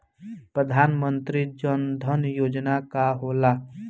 प्रधानमंत्री जन धन योजना का होला?